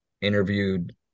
interviewed